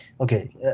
okay